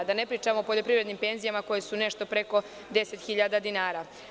Ne bih da pričam o poljoprivrednim penzijama koje su nešto preko 10 hiljada dinara.